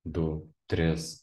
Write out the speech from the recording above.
du tris